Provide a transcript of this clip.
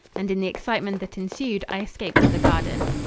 and in the excitement that ensued i escaped to the garden.